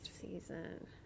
Season